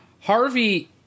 Harvey